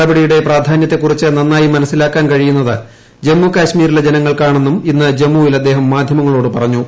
നടപടിയുടെ പ്രധാനൃത്തെക്കുറച്ച് നന്നായി മനസ്സിലാക്കാൻ കഴിയുന്നത് ജമ്മു കശ്മീരിലെ ജനങ്ങൾക്കാണെന്നും ഇന്ന് ജമ്മുവിൽ അദ്ദേഹം മാധ്യമങ്ങളോട് പറഞ്ഞു